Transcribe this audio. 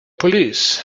police